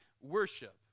worship